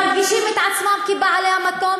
אדוני היושב-ראש,